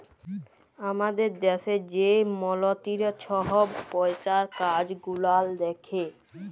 আমাদের দ্যাশে যে মলতিরি ছহব পইসার কাজ গুলাল দ্যাখে